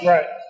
Right